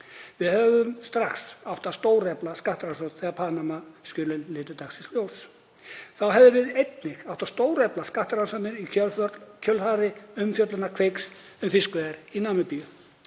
Við hefðum strax átt að stórefla skattrannsóknir þegar Panama-skjölin litu dagsins ljós. Þá hefðum við einnig áttu að stórefla skattrannsóknir í kjölfar umfjöllunar Kveiks um fiskveiðar í Namibíu.